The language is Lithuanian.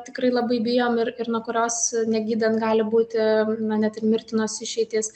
tikrai labai bijom ir ir nuo kurios negydant gali būti na net ir mirtinos išeitys